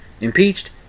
impeached